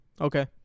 okay